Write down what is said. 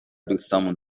دوستامون